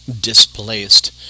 displaced